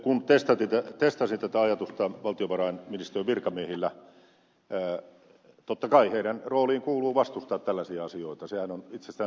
kun testasin tätä ajatusta valtiovarainministeriön virkamiehillä totta kai heidän rooliinsa kuuluu vastustaa tällaisia asioita sehän on itsestäänselvää